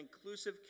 inclusive